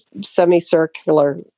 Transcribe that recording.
semicircular